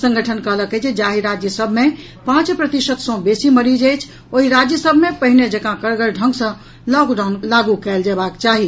संगठन कहलक अछि जे जाहि राज्य सभ मे पांच प्रतिशत सँ बेसी मरीज अछि ओहि राज्य सभ मे पहिने जकाँ कड़गर ढंग सँ लॉकडाउन लागू कयल जयबाक चाही